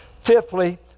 Fifthly